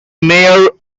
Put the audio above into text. mayor